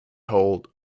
hold